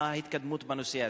מה ההתקדמות בנושא הזה?